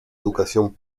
educación